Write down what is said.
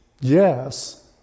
yes